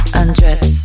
undress